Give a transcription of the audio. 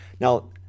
Now